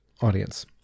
audience